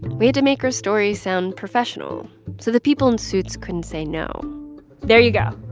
we had to make our stories sound professional so the people in suits couldn't say no there you go.